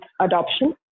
adoption